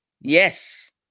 yes